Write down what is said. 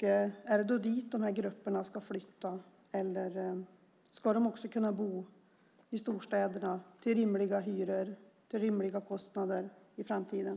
Är det dit de grupperna ska behöva flytta, eller ska de också kunna bo i storstäderna till rimliga hyror och med rimliga kostnader i framtiden?